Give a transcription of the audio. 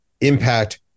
impact